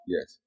Yes